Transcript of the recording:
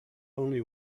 only